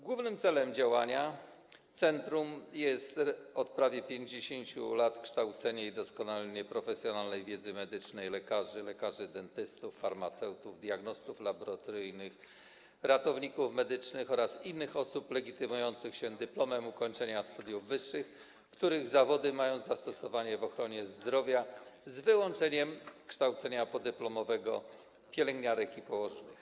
Głównym celem działania centrum jest od prawie 50 lat kształcenie i doskonalenie w profesjonalnej wiedzy medycznej lekarzy, lekarzy dentystów, farmaceutów, diagnostów laboratoryjnych, ratowników medycznych oraz innych osób legitymujących się dyplomem ukończenia studiów wyższych, których zawody mają zastosowanie w ochronie zdrowia, z wyłączeniem kształcenia podyplomowego pielęgniarek i położnych.